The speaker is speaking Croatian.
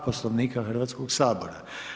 Poslovnika Hrvatskoga sabora.